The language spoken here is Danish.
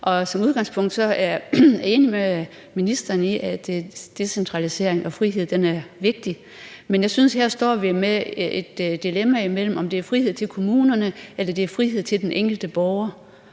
og som udgangspunkt er jeg enig med ministeren i, at decentralisering og frihed er vigtigt. Men jeg synes, at vi her står med et dilemma imellem, om det er frihed til kommunerne eller det er